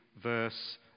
verse